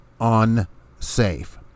unsafe